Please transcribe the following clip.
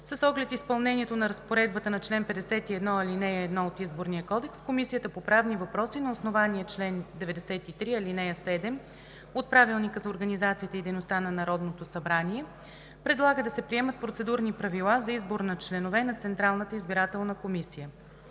С оглед изпълнението на разпоредбата на чл. 51, ал. 1 от Изборния кодекс, Комисията по правни въпроси на основание чл. 93, ал. 7 от Правилника за организацията и дейността на Народното събрание предлага да се приемат Процедурни правила за избор на членове на Централната избирателна комисия.